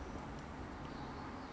then after that just use um